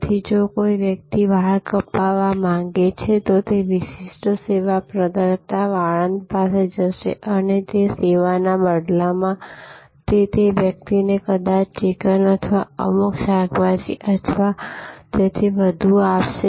તેથી જો કોઈ વ્યક્તિ વાળ કપાવવા માંગે છે તો તે વિશિષ્ટ સેવા પ્રદાતા વાળંદ પાસે જશે અને તે સેવાના બદલામાં તે તે વ્યક્તિને કદાચ ચિકન અથવા અમુક શાકભાજી અથવા તેથી વધુ આપશે